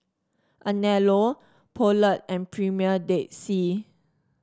Anello Poulet and Premier Dead Sea